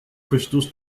crystals